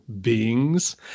beings